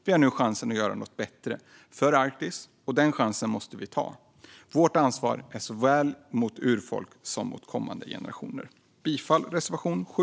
Vi har nu chansen att göra något bättre för Arktis, och den chansen måste vi ta. Vårt ansvar är gentemot såväl urfolk som kommande generationer. Jag yrkar bifall till reservation 7.